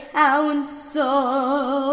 council